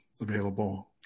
available